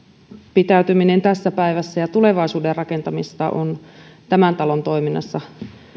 pitäytyminen tässä päivässä ja tulevaisuuden rakentaminen on tämän talon toiminnassa